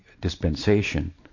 dispensation